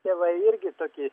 tėvai irgi tokį